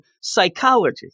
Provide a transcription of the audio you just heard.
psychology